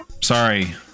Sorry